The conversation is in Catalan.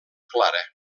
clara